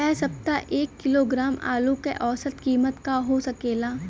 एह सप्ताह एक किलोग्राम आलू क औसत कीमत का हो सकेला?